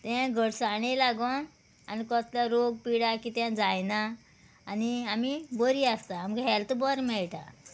ते घटसाणे लागोन आनी कसलो रोग पिडा कितें जायना आनी आमी बरी आसता आमकां हेल्त बरें मेयटा